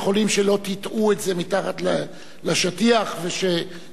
שלא טאטאו את זה מתחת לשטיח ושבדקו,